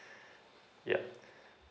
yup